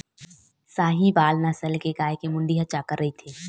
साहीवाल नसल के गाय के मुड़ी ह चाकर रहिथे